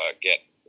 get